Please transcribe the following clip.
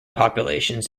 populations